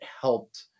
helped